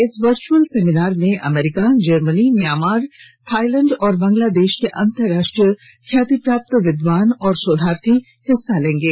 इस virtual seminar में अमरीका जर्मनी म्यानमां थाईलैंड और बांग्लांदेश के अंतरराष्ट्रीय ख्यातिप्राप्त विद्वान और शोधार्थी हिस्सा लेंगे